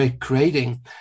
creating